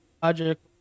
project